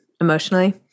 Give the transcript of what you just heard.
emotionally